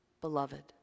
beloved